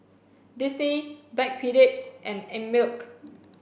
Disney Backpedic and Einmilk